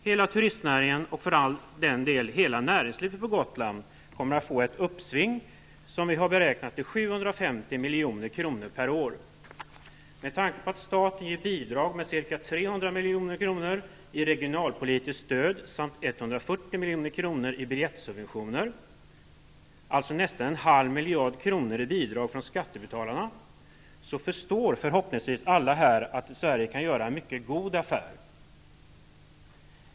Hela turistnäringen och för all del hela näringslivet på Gotland kommer att få ett uppsving, som vi har beräknat till 750 milj.kr. per år. Med tanke på att staten ger bidrag med ca 300 miljoner i regionalpolitiskt stöd samt 140 miljoner i biljettsubventioner, alltså nästan en halv miljard i bidrag från skattebetalarna, förstår förhoppningsvis alla att Sverige här kan göra en mycket god affär.